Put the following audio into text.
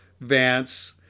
Vance